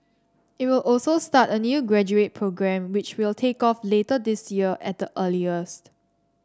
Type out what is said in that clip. it will also start a new graduate programme which will take off later this year at the earliest